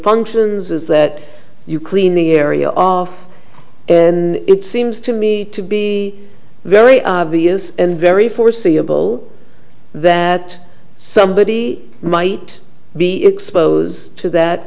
functions is that you clean the area off when it seems to me to be very obvious and very foreseeable that somebody might be exposed to that